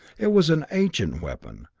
it was an ancient weapon,